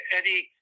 Eddie